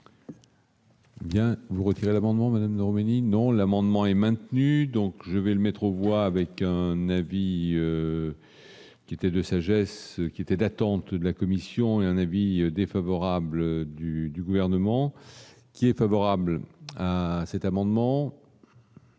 Bien vous retirer l'amendement non, non, l'amendement est maintenu, donc je vais le mettre aux voix avec un avis qui était de sagesse qui était d'attente de la commission et un avis défavorable du du gouvernement qui est favorable à cet amendement.